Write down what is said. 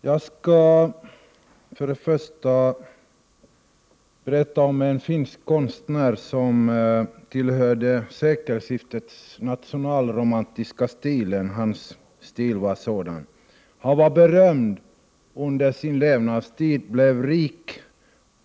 Herr talman! Jag skall först berätta om en finsk konstnär som tillhörde sekelskiftets nationalromantiska riktning. Han var berömd under sin levnadstid och blev rik